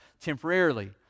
temporarily